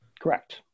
Correct